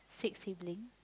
six sibling